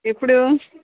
ఎప్పుడూ